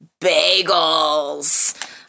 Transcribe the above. bagels